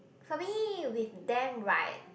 for me with them right